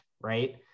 right